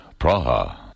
Praha